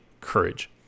courage